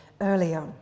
earlier